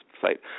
site